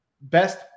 best